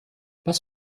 was